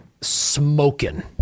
smoking